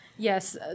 Yes